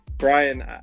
Brian